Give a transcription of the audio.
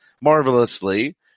marvelously